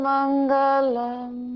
Mangalam